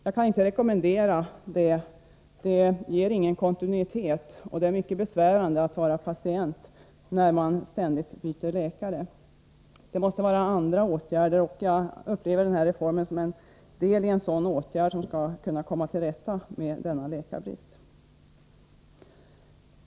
Jag kan inte rekommendera denna metod. Den ger ingen kontinuitet. Det är mycket besvärande att vara patient när man ständigt tvingas byta läkare. Det måste till andra åtgärder, och jag upplever denna reform som en del av de åtgärder som behövs för att vi skall komma till rätta med läkarbristen.